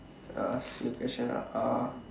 uh I ask you a question ah uh